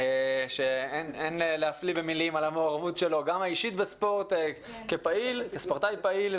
שאין להפליא במילים על המעורבות שלו גם האישית כספורטאי פעיל,